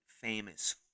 famous